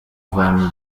van